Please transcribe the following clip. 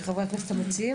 שחברי הכנסת המציעים,